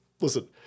listen